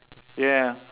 ya